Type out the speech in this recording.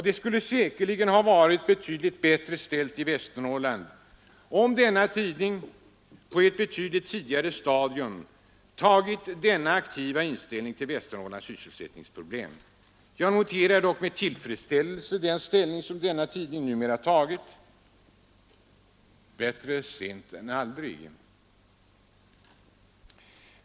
Det skulle säkerligen varit betydligt bättre ställt i Västernorrland om denna tidning på ett avsevärt tidigare stadium haft denna aktiva inställning till Västernorrlands sysselsättningsproblem. Jag noterar dock med tillfredsställelse den ståndpunkt som denna tidning nu tagit. Bättre sent än aldrig.